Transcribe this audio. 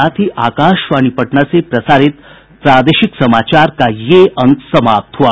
इसके साथ ही आकाशवाणी पटना से प्रसारित प्रादेशिक समाचार का ये अंक समाप्त हुआ